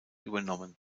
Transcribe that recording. übernommen